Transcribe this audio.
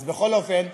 אז בכל אופן,